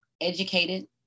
Educated